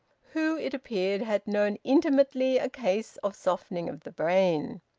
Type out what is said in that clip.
who, it appeared, had known intimately a case of softening of the brain.